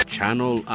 Channel